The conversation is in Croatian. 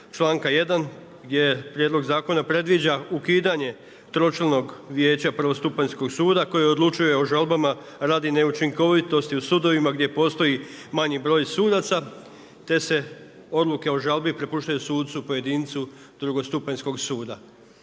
članka 1. gdje prijedlog zakona predviđa ukidanje tročlanog vijeća, prvostupanjskog suda koji odlučuje o žalbama radi neučinkovitosti u sudovima gdje postoji manji broj sudaca, te se odluke o žalbi prepuštaju sucu pojedincu drugostupanjskog suda.